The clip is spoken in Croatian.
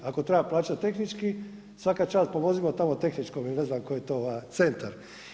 Ako treba plaćat tehnički svaka čast pomozimo tamo tehničkom ili ne znam koji je to centar.